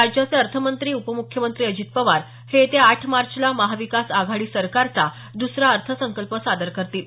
राज्याचे अर्थमंत्री उपमुख्यमंत्री अजित पवार हे येत्या आठ मार्चला महाविकास आघाडी सरकारचा द्रसरा अर्थसंकल्प सादर करतील